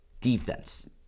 Defense